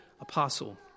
apostle